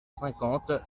cinquante